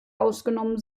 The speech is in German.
ausgenommen